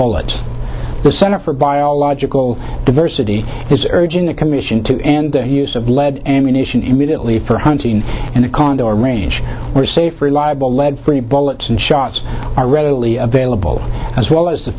bullets the center for biological diversity is urging the commission to end the use of lead ammunition immediately for hunting in a condo or a range or safe reliable lead free bullets and shots are readily available as well as the